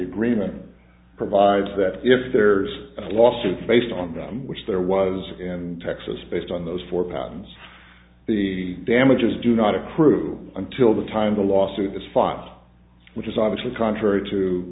agreement provides that if there's lawsuits based on them which there was and texas based on those four patents the damages do not accrue until the time the lawsuit is filed which is obviously contrary to